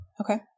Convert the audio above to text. Okay